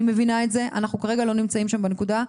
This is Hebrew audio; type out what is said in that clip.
אני מבינה את זה, אנחנו כרגע לא נמצאים שם בנקודה.